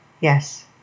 Yes